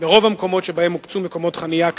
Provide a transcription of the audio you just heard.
ברוב המקומות שבהם הוקצו מקומות חנייה כאמור,